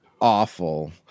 Awful